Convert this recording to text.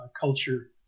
culture